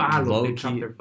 low-key